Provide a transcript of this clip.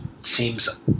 seems